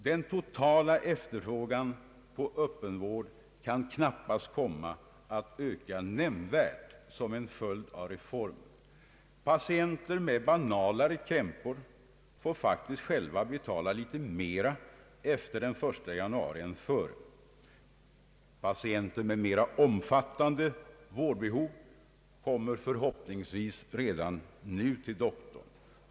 Den totala efterfrågan på öppen vård kan knappast komma att öka nämnvärt som en följd av reformen. Patienter med banalare krämpor får faktiskt efter den 1 januari själva betala litet mera än förut. Patienter med mera omfattande vårdbehov kommer förhoppningsvis redan nu till doktorn.